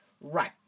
Right